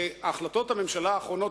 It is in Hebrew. שהחלטות הממשלה האחרונות,